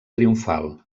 triomfal